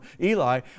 Eli